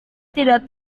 tidak